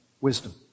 wisdom